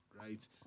right